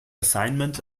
assignment